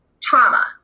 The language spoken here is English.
trauma